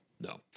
no